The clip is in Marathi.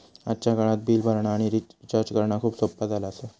आजच्या काळात बिल भरणा आणि रिचार्ज करणा खूप सोप्प्या झाला आसा